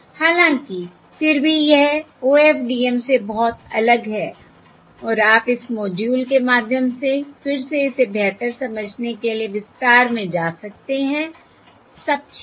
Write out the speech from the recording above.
हालांकि फिर भी यह OFDM से बहुत अलग है और आप इस मॉड्यूल के माध्यम से फिर से इसे बेहतर समझने के लिए विस्तार में जा सकते हैं सब ठीक है